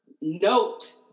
note